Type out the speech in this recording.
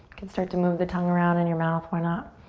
can start to move the tongue around in your mouth. why not?